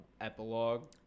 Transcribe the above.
epilogue